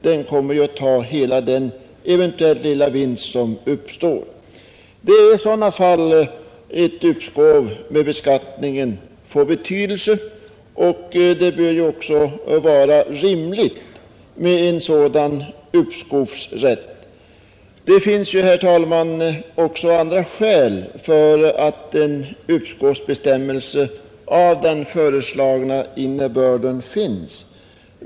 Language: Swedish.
Det är i sådana fall ett uppskov med realisationsvinstskatten kan vara av betydelse, och den framstår då också som rimlig. Det finns, herr talman, också andra skäl för att en uppskovsbestämmelse av den föreslagna innebörden skall finnas.